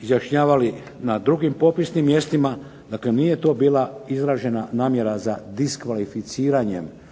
izjašnjavali na drugim potpisnim mjestima. Dakle, nije to bila izražena namjera za diskvalificiranjem